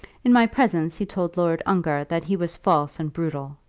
in my presence he told lord ongar that he was false and brutal.